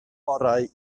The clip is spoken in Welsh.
orau